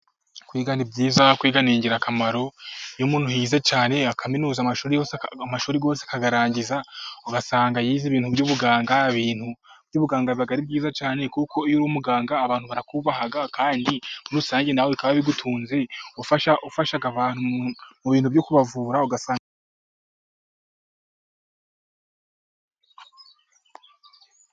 Kwiga ni byiza. Kwiga ni ingirakamaro. Iyo umuntu yize cyane akaminuza amashuri yose akarangiza, ugasanga yize ibintu by'ubuganga. Ibintu by'ubugangaga biba byiza cyane, kuko iyo uri umuganga abantu barakubaha, kandi muri rusange nawe bikaba bigutunze ufasha abantu mu bintu byo kubavura ugasanga.............